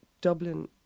Dublin